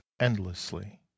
endlessly